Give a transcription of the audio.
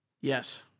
Yes